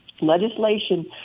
legislation